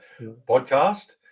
podcast